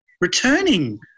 returning